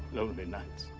lonely nights.